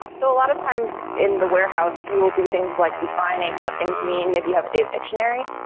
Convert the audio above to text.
so a lot of times in the warehouse, you will do things like defining what things mean, maybe you have a data dictionary.